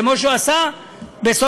כמו שהוא עשה בסוציו-אקונומי.